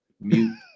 mute